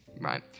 right